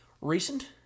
Recent